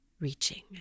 reaching